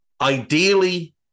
Ideally